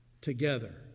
together